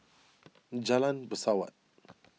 Jalan Pesawat